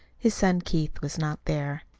his son keith was not there.